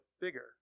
bigger